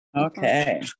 Okay